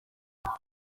ati